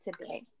today